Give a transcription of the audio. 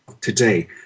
today